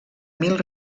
mil